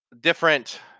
different